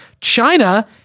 China